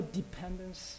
dependence